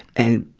and,